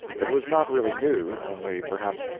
it was not really new, only, perhaps,